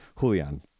Julian